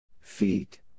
Feet